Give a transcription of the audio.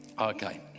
Okay